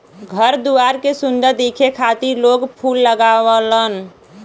घर दुआर के सुंदर दिखे खातिर लोग फूल लगावलन